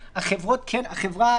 הפיקוח הפרלמנטרי שיהיה פה, או שצריך להיות